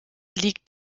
liegt